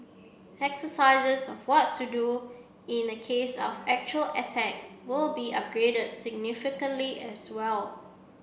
exercises on what to do in a case of actual attack will be upgraded significantly as well